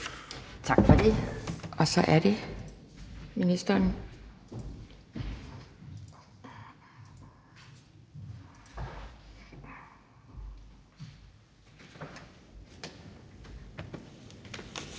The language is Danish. Tak for det. Og så er det ministeren.